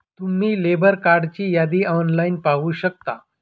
तुम्ही लेबर कार्डची यादी ऑनलाइन पाहू शकता